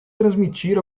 transmitir